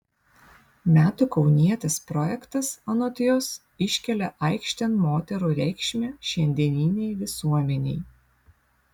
metų kaunietės projektas anot jos iškelia aikštėn moterų reikšmę šiandieninei visuomenei